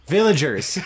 Villagers